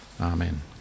Amen